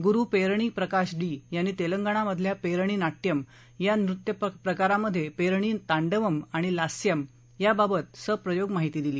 गुरु Perini Prakash D यांनी तेलंगणामधल्या पेरणी नाट्यम या नृत्यप्रकारात पेरणी तांडवम् आणि लास्यम् याबाबत सप्रयोग माहिती दिली